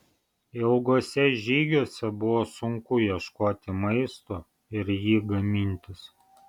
ilguose žygiuose buvo sunku ieškoti maisto ir jį gamintis